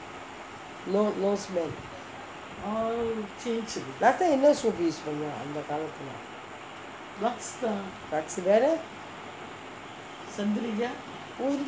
no smell last time என்ன:enna soap use பண்ண அந்த காலத்துலே:panna antha kaalathulae Lux தானே:thaanae oh